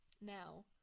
now